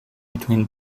between